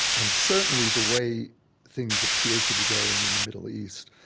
and certainly the way things appear to be going in the middle east,